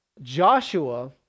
Joshua